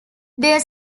their